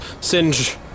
Singe